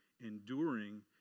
enduring